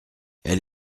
elle